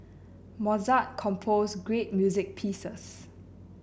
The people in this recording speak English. Mozart composed great music pieces